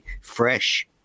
fresh